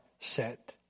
set